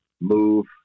move